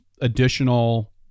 additional